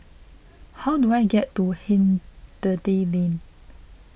how do I get to Hindhede Lane